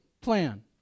plan